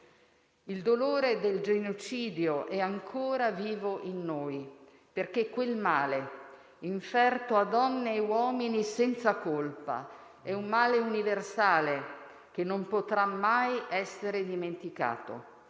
Il dolore del genocidio è ancora vivo in noi, perché quel male, inferto a donne e uomini senza colpa, è un male universale, che non potrà mai essere dimenticato.